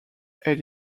elle